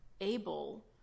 able